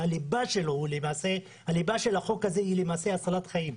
שהליבה שלו היא הצלת חיים.